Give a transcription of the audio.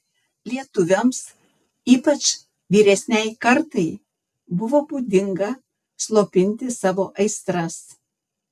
lietuviams ypač vyresnei kartai buvo būdinga slopinti savo aistras